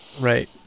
right